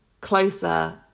closer